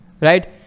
right